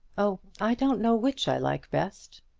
oh, i don't know which i like best.